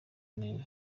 neza